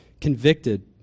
convicted